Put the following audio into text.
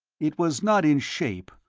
it was not in shape,